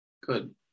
Good